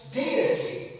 deity